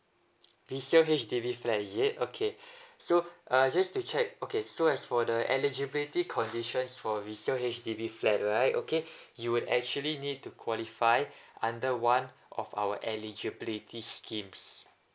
resale H_D_B flat is it okay so uh just to check okay so as for the eligibility conditions for resale H_D_B flat right okay you would actually need to qualify under one of our eligibility schemes